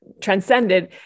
transcended